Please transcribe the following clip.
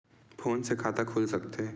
Phone से खाता खुल सकथे?